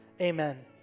amen